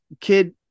kid